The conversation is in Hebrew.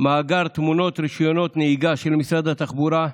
מאגר תמונות רישיונות נהיגה של משרד התחבורה,